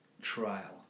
trial